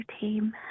team